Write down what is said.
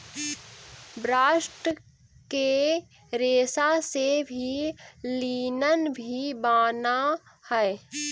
bast के रेसा से ही लिनन भी बानऽ हई